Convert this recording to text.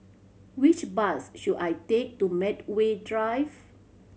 which bus should I take to Medway Drive